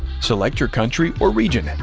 select your country or region,